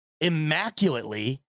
immaculately